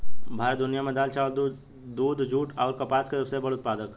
भारत दुनिया में दाल चावल दूध जूट आउर कपास के सबसे बड़ उत्पादक ह